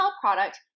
product